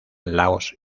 laos